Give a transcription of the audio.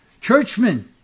Churchmen